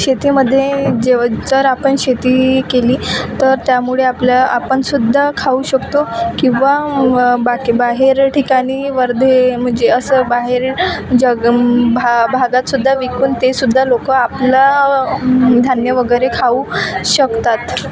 शेतीमध्ये जेव जर आपण शेती केली तर त्यामुळे आपल्या आपणसुद्धा खाऊ शकतो किंवा व बाकी बाहेर ठिकाणी वर्धे म्हणजे असं बाहेरील जग भाग भागात सुद्धा विकून तेसुद्धा लोकं आपलं धान्य वगैरे खाऊ शकतात